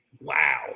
wow